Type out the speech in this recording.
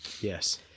Yes